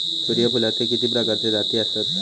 सूर्यफूलाचे किती प्रकारचे जाती आसत?